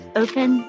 open